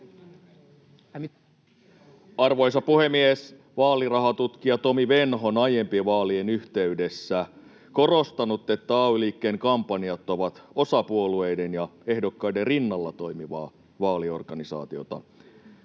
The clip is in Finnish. Arvoisa puhemies! Vaalirahatutkija Tomi Venho on aiempien vaalien yhteydessä korostanut, että ay-liikkeen kampanjat ovat osa puolueiden ja ehdokkaiden rinnalla toimivaa vaaliorganisaatiota.